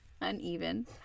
uneven